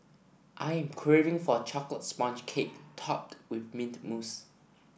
I am craving for a chocolate sponge cake topped with mint mousse